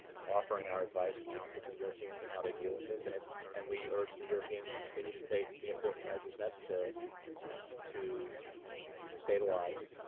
offering our advice and counsel to the europeans in how they deal with this. and and we urge the europeans to continue to take the important measures necessary to stabilize